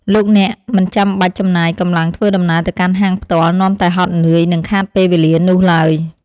លោកអ្នកមិនចាំបាច់ចំណាយកម្លាំងធ្វើដំណើរទៅកាន់ហាងផ្ទាល់នាំតែហត់នឿយ និងខាតពេលវេលានោះឡើយ។